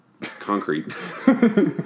concrete